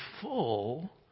full